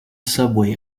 subway